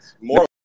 more